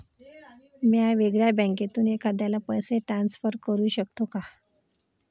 म्या वेगळ्या बँकेतून एखाद्याला पैसे ट्रान्सफर करू शकतो का?